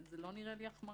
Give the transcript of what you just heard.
זה לא נראה לי החמרה,